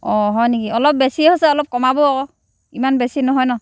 অ' হয় নেকি অলপ বেছি হৈছে অলপ কমাব ইমান বেছি নহয় ন'